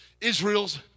Israel's